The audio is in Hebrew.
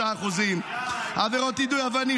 3%; עבירות יידוי אבנים,